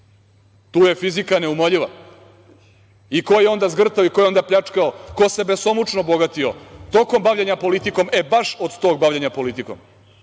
tu je fizika neumoljiva. Ko je onda zgrtao i ko je onda pljačkao, ko se besomučno bogatio tokom bavljenja politikom, e baš od tog bavljenja politikom?